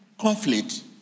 conflict